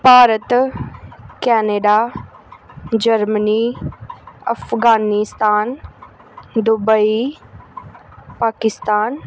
Bharat Canada Germany Afghanistan Dubai Pakistan